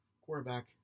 quarterback